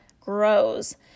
grows